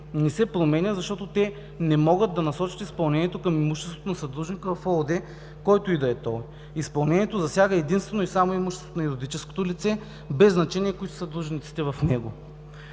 не се променя, защото те не могат да насочат изпълнението към имуществото на съдружника в ООД, който и да е той. Изпълнението засяга единствено и само имуществото на юридическото лице, без значение кои са длъжниците в него.